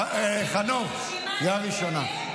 חנוך, קריאה ראשונה.